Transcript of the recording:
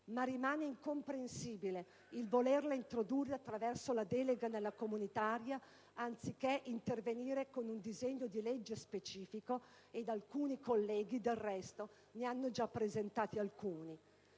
Ma rimane incomprensibile volerla introdurre attraverso la delega nella legge comunitaria, anziché intervenire con un disegno di legge specifico (e alcuni colleghi, del resto, ne hanno già presentati alcuni).